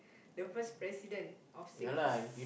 the first president of Singapore